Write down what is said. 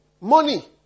money